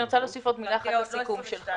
אני רוצה להוסיף עוד מילה אחת לסיכום שלך.